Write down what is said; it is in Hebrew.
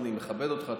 ואני מכבד אותך,